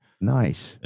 Nice